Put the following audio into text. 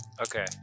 Okay